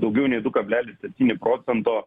daugiau nei du kablelis septyni procento